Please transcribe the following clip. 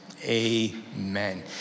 Amen